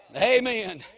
Amen